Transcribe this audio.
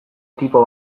tipo